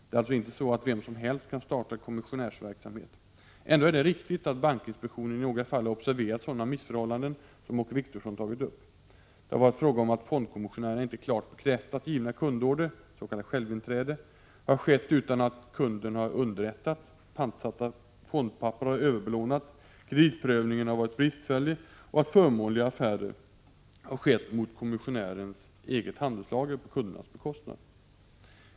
Det är alltså inte så att vem som helst kan starta kommissionärsverksamhet. Ändå är det riktigt att bankinspektionen i några fall har observerat sådana missförhållanden som Åke Wictorsson tagit upp. Det har varit fråga om att fondkommissionärerna inte klart bekräftat givna kundorder, s.k. självinträde har skett utan att kunden har underrättats, pantsatta fondpapper har överbelånats, kreditprövningen har varit bristfällig, och att förmånliga affärer har skett mot kommissionärens eget handelslager på kundernas bekostnad.